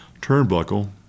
turnbuckle